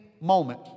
moment